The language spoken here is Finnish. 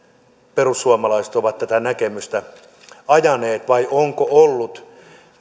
perussuomalaiset ovat tätä näkemystä ajaneet vai onko ollut